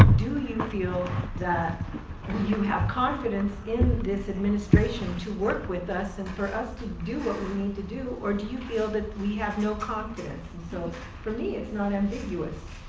do you feel that you have confidence in this administration to work with us and for us to do what we need to do or do you feel that we have no confidence and so for me it's not ambiguous.